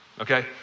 okay